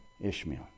Ishmael